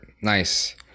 Nice